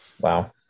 Wow